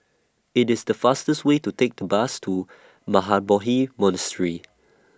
IT IS The fastest Way to Take The Bus to Mahabodhi Monastery